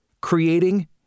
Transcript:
Creating